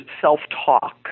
self-talk